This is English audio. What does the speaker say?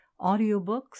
audiobooks